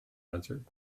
answered